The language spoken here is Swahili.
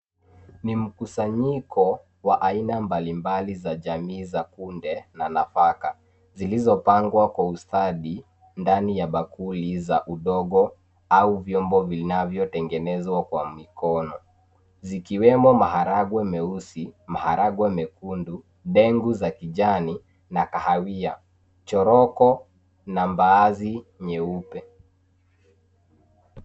Ni mkusanyiko wa aina mbalimbali za jamii za kunde na nafaka zilizopangwa kwa ustadi ndani ya bakuli za udongo au vyombo vinavyotengenezwa kwa mikono. Zikiwemo maharagwe meusi, maharagwe mekundu, ndengu za kijani na kahawia. Choroko na baazi nyeupe.